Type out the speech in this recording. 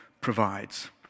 provides